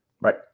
Right